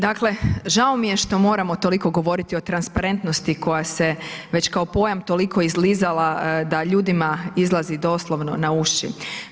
Dakle, žao mi je što moramo toliko govoriti o transparentnosti koja se već kao pojam toliko izlizala da ljudima izlazi doslovno na uši.